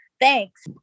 thanks